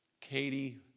Katie